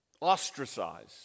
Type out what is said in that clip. ostracized